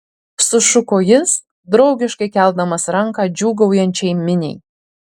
sušuko jis draugiškai keldamas ranką džiūgaujančiai miniai